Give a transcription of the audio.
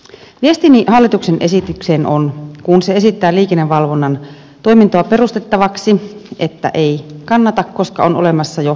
viestini hallituksen esitykseen liittyen on kun se esittää liikennevalvonnan toimintoa perustettavaksi että ei kannata koska on olemassa jo liikkuva poliisi